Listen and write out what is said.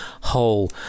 whole